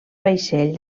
vaixell